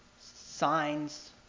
signs